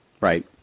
Right